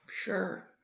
Sure